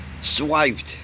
swiped